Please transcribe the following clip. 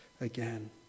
again